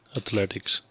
athletics